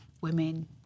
Women